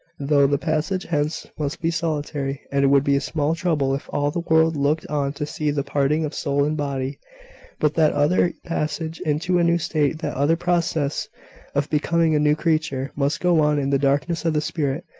though the passage hence must be solitary and it would be a small trouble if all the world looked on to see the parting of soul and body but that other passage into a new state, that other process of becoming a new creature, must go on in the darkness of the spirit,